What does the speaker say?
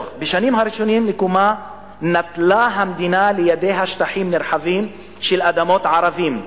"בשנים הראשונות לקיומה נטלה המדינה לידיה שטחים נרחבים של אדמות ערבים.